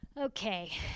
Okay